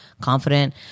confident